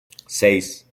seis